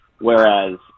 whereas